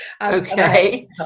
Okay